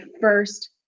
first